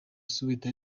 suède